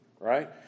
Right